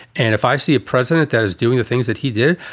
and if i see a president that is doing the things that he did,